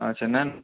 अच्छा नहि नहि